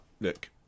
look